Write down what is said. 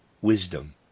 wisdom